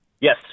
Yes